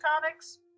comics